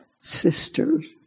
sisters